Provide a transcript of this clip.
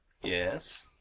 Yes